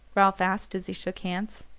ralph asked as he shook hands.